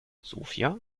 sofia